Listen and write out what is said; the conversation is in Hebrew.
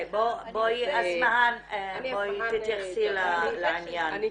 אסמהאן, בואי תתייחסי לעניין.